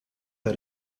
der